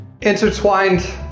intertwined